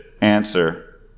answer